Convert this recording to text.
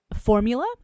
formula